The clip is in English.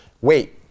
Wait